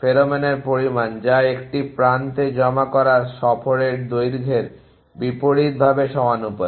ফেরোমোনের পরিমাণ যা একটি প্রান্তে জমা করা সফরের দৈর্ঘ্যের বিপরীতভাবে সমানুপাতিক